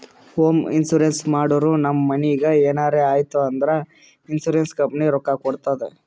home insurance ಮಾಡುರ್ ನಮ್ ಮನಿಗ್ ಎನರೇ ಆಯ್ತೂ ಅಂದುರ್ ಇನ್ಸೂರೆನ್ಸ್ ಕಂಪನಿ ರೊಕ್ಕಾ ಕೊಡ್ತುದ್